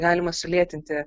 galima sulėtinti